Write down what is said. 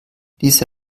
diese